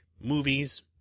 movies